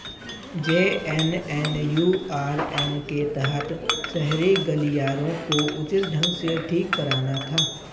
JNNURM के तहत शहरी गलियारों को उचित ढंग से ठीक कराना था